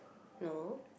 no